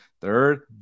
third